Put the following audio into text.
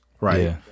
right